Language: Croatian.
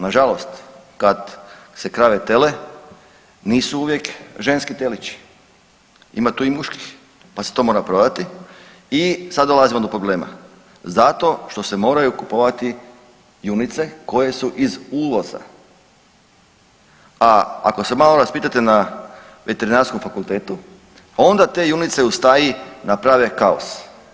Nažalost, kad se krave tele, nisu uvijek ženski telići, ima tu i muških pa se to mora prodati i sad dolazimo do problema zato što se moraju kupovati junice koje su iz uvoza, a ako se malo raspitate na Veterinarskom fakultetu onda te junice u staji naprave kaos.